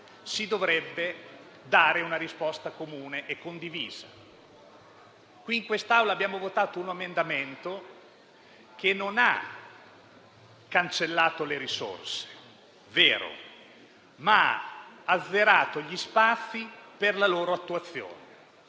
si dovrebbe dare una risposta comune e condivisa. In quest'Aula abbiamo votato un emendamento che non ha cancellato le risorse, è vero, ma ha azzerato gli spazi per la loro attuazione.